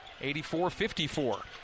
84-54